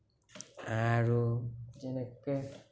আৰু যেনেকে